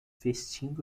vestindo